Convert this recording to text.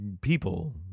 people